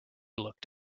looked